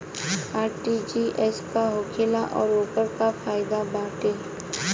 RTGS का होखेला और ओकर का फाइदा बाटे?